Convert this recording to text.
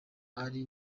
ally